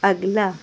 اگلا